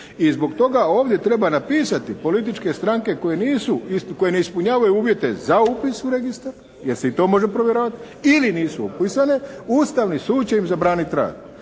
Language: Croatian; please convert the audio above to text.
i zbog toga ovdje treba napisati, političke stranke koje nisu, koje ne ispunjavaju uvjete za upis u Registra, jer se i to može provjeravat, ili nisu upisane, Ustavni sud će im zabranit rad.